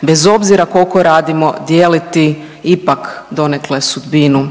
bez obzira koliko radimo, dijeliti ipak donekle sudbinu